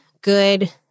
good